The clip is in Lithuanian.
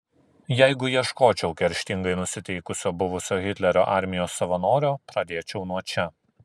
jeigu ieškočiau kerštingai nusiteikusio buvusio hitlerio armijos savanorio pradėčiau nuo čia